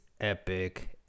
epic